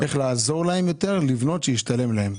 צריך לעזור להם לבנות כדי שישתלם להם.